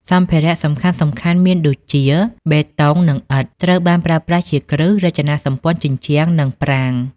សម្ភារៈសំខាន់ៗមានដូចជា បេតុង និងឥដ្ឋ: ត្រូវបានប្រើប្រាស់ជាគ្រឹះ រចនាសម្ព័ន្ធជញ្ជាំង និងប្រាង្គ។